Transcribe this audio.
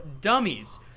dummies